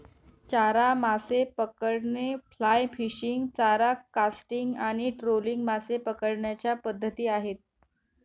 चारा मासे पकडणे, फ्लाय फिशिंग, चारा कास्टिंग आणि ट्रोलिंग मासे पकडण्याच्या पद्धती आहेत